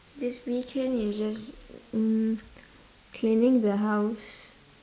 this weekend is just mm cleaning the house